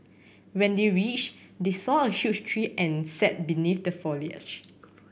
when they reached they saw a huge tree and sat beneath the foliage